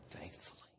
faithfully